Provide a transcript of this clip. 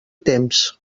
temps